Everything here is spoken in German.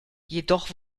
jedoch